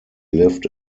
lived